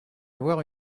avoir